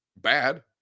bad